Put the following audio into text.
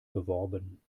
beworben